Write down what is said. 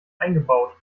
eingebaut